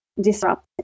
disrupt